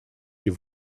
your